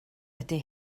ydy